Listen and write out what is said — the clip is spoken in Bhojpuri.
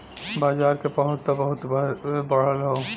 बाजार के पहुंच त बहुते बढ़ल हौ